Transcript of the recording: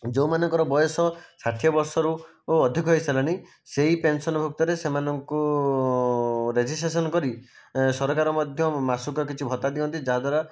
ଯେଉଁମାନଙ୍କର ବୟସ ଷାଠିଏ ବର୍ଷରୁ ଓ ଅଧିକ ହୋଇସାରିଲାଣି ସେଇ ପେନ୍ସନ୍ ଭତ୍ତାରେ ସେମାନଙ୍କୁ ରେଜିସ୍ଟ୍ରେଶନ୍ କରି ସରକାର ମଧ୍ୟ ମାସୁକା କିଛି ଭତ୍ତା ଦିଅନ୍ତି ଯାହାଦ୍ୱାରା